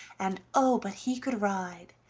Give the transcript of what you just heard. and oh, but he could ride!